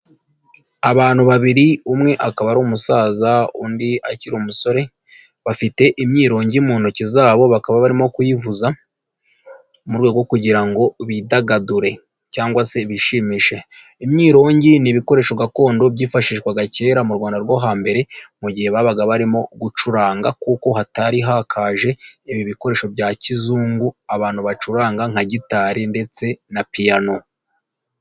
Abantu babiri umwe akaba ari umusaza undi akiri umusore bafite imyirongi mu ntoki zabo bakaba barimo kuyivuza mu rwego rwo kugira ngo bidagadure cyangwa se bishimishe, imyirongi ni ibikoresho gakondo byifashishwaga kera mu Rwanda rwo hambere mu gihe babaga barimo gucuranga kuko hatari hakaje ibi bikoresho bya kizungu abantu bacuranga nka gitari ndetse na piyano.